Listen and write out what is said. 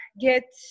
get